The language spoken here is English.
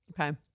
Okay